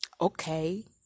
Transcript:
Okay